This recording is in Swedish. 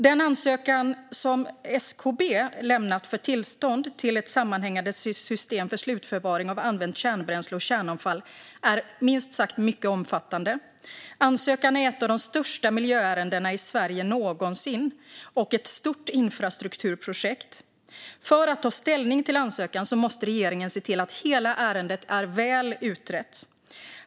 Den ansökan som SKB lämnat för tillstånd till ett sammanhängande system för slutförvaring av använt kärnbränsle och kärnavfall är minst sagt mycket omfattande. Ansökan är ett av de största miljöärendena i Sverige någonsin och ett stort infrastrukturprojekt. För att ta ställning till ansökan måste regeringen se till att hela ärendet är väl utrett.